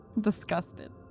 Disgusted